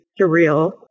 surreal